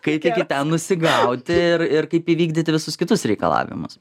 kai kiek į ten nusigauti ir ir kaip įvykdyti visus kitus reikalavimus